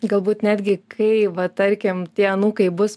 galbūt netgi kai va tarkim tie anūkai bus